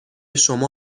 شما